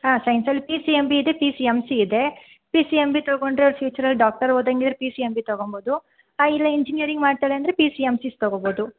ಹಾಂ ಸೈನ್ಸಲ್ಲಿ P C M B ಇದೆ ಪಿ ಸಿ ಎಮ್ ಸಿ ಇದೆ ಪಿ ಸಿ ಎಮ್ ಬಿ ತೊಗೊಂಡರೆ ಅವ್ರು ಫ್ಯೂಚರಲ್ಲಿ ಡಾಕ್ಟರ್ ಓದಂಗಿದ್ರೆ ಪಿ ಸಿ ಎಮ್ ಬಿ ತೊಗೊಬೋದು ಆಂ ಇಲ್ಲ ಇಂಜಿನಿಯರಿಂಗ್ ಮಾಡ್ತಾಳೆ ಅಂದರೆ ಪಿ ಸಿ ಎಮ್ ಸೀಸ್ ತೊಗೊಬೋದು